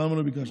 למה לא ביקשת?